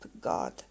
God